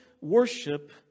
worship